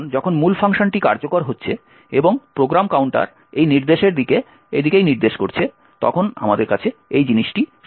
এখন যখন মূল ফাংশনটি কার্যকর হচ্ছে এবং প্রোগ্রাম কাউন্টার এই নির্দেশের দিকে নির্দেশ করছে তখন আমাদের কাছে এই জিনিসটি সক্রিয় ফ্রেম হিসাবে রয়েছে